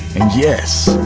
and yes,